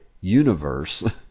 universe